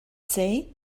say